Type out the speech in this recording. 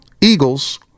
Eagles